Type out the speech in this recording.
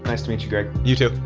nice to meet you, greg. you too